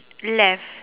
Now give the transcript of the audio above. left